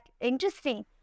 interesting